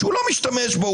שהוא לא משתמש בו,